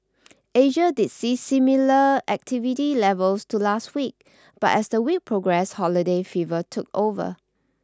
Asia did see similar activity levels to last week but as the week progressed holiday fever took over